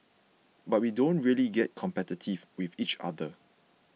but we don't really get competitive with each other